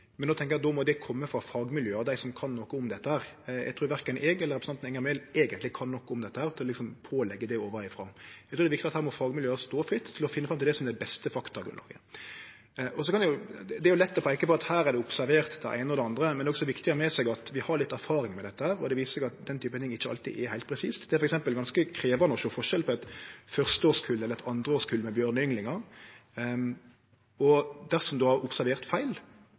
då tenkjer eg at det må kome frå fagmiljøa og dei som kan noko om dette. Eg trur verken eg eller representanten Enger Mehl eigentleg kan nok om dette til liksom å påleggje det ovanfrå. Eg trur det er viktig at her må fagmiljøa stå fritt til å finne fram til det som er det beste faktagrunnlaget. Det er lett å peike på at her er det observert det eine og det andre, men det er også viktig å ha med seg at vi har litt erfaring med dette. Det viser seg at den typen ting ikkje alltid er heilt presise. Det er f.eks. ganske krevjande å sjå forskjell på eit førsteårskull og eit andreårskull med bjørneynglingar, og dersom ein har observert feil,